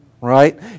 Right